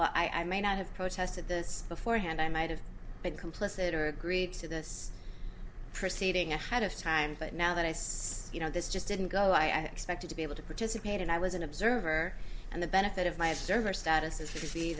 well i may not have protested this beforehand i might have been complicit or agreed to this proceeding ahead of time but now that i said you know this just didn't go i expected to be able to participate and i was an observer and the benefit of my observer status i